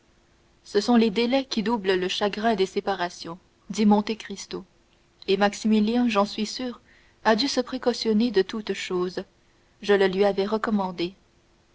ce sont les délais qui doublent le chagrin des séparations dit monte cristo et maximilien j'en suis sûr a dû se précautionner de toutes choses je le lui avais recommandé